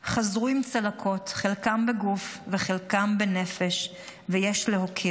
חזרו עם צלקות, חלקם בגוף וחלקם בנפש, ויש להוקיר.